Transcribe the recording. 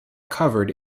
covered